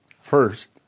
First